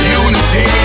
unity